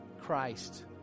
Christ